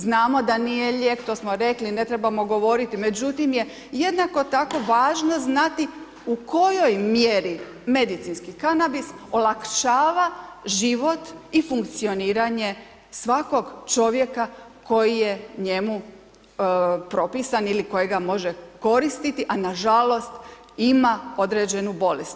Znamo da nije lijek, to smo rekli i ne trebamo govoriti, međutim, je jednako tako važno znati u kojoj mjeri, medicinski kanabis olakšava život i funkcioniranje svakog čovjeka koji je njemu propisan ili kojega može koristiti, a nažalost ima određenu bolest.